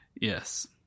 Yes